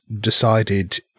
decided